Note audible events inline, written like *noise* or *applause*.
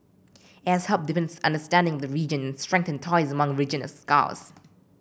it has helped deepen *unintelligible* understanding the region strengthened ties among regional scholars